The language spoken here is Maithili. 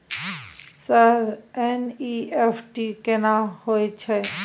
सर एन.ई.एफ.टी केना होयत छै?